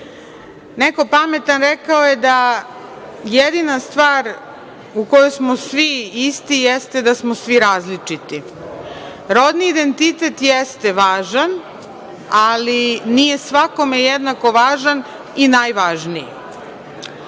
pametan rekao je da jedina stvar u kojoj smo svi isti jeste da smo svi različiti. Rodni identitet jeste važan, ali nije svakome jednako važan i najvažniji. Meni